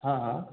हाँ हाँ